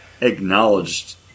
acknowledged